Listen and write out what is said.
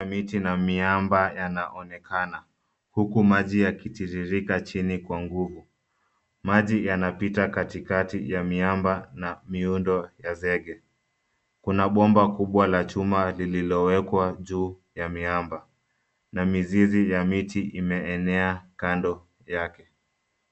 ...miti na miamba yanaonekana huku maji yakititririka chini kwa nguvu. Maji yanapita katikati ya miamba na miundo ya zege. Kuna bomba kubwa la chuma lililowekwa juu ya miamba. Na mizizi ya miti imeenea kando yake.